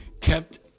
kept